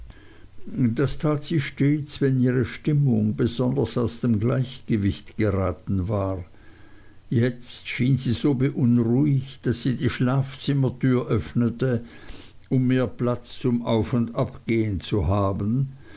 das tat sie stets wenn ihre stimmung besonders aus dem gleichgewicht geraten war jetzt schien sie so beunruhigt daß sie die schlafzimmertür öffnete um mehr platz zum auf und abgehen zu haben